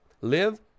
Live